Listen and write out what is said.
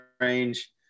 range